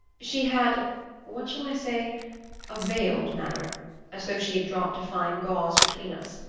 she had what shall i say a veiled manner as though she had dropped a fine gauze between us.